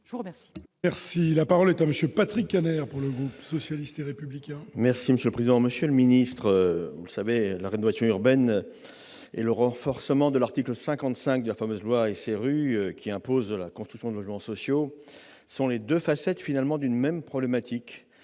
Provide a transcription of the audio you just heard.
Je vous remercie